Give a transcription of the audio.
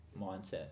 mindset